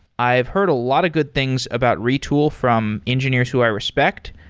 i've heard a lot of good things about retool from engineers who i respect.